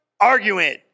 arguing